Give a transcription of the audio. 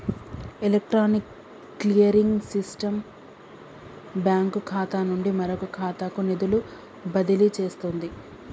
electronic clearing system bank ఖాతా నుండి మరొక ఖాతాకు నిధులు బదిలీ చేస్తుంది